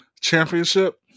championship